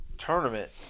tournament